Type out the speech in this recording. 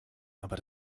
aber